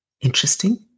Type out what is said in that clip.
interesting